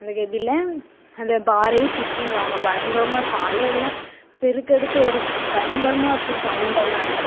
அந்த கெபியில்ல அந்த பாறையை சுற்றி வருவாங்க பயங்கரமாக இருக்கும் அலை எல்லாம் பெருக்கெடுத்து வரும் பயங்கரமாக இருக்கும் சவுண்டெல்லாம் பட்